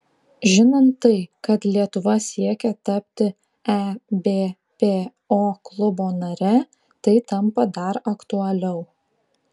žinant tai kad lietuva siekia tapti ebpo klubo nare tai tampa dar aktualiau